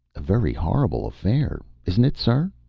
a very horrible affair isn't it, sir?